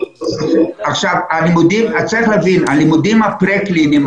צריך להבין שהלימודים הפרה-קליניים,